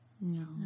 no